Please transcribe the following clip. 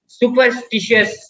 superstitious